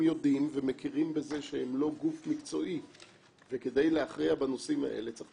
יודעים ומכירים בזה שהם לא גוף מקצועי וכדי להכריע בנושאים האלה צריך